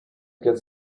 get